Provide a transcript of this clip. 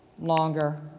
longer